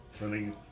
running